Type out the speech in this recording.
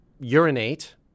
urinate